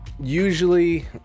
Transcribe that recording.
usually